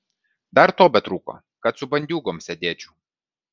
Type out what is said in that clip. dar to betrūko kad su bandiūgom sėdėčiau